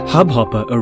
Hubhopper